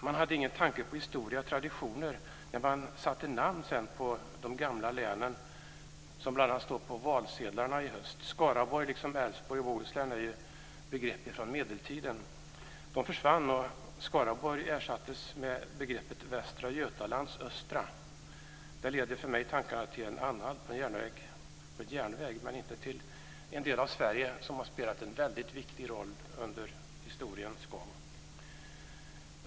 Man hade ingen tanke på historia och traditioner när man sedan satte namn på de gamla länen - namn som bl.a. kommer att stå på valsedlarna i höst. Skaraborg, liksom Älvsborg och Bohuslän, är ju begrepp från medeltiden - men begrepp som försvann. Skaraborg ersattes med begreppet Västra Götalands östra. Hos mig leder det tankarna till en järnvägsanhalt, inte till en del av Sverige som spelat en väldigt viktig roll under historiens gång.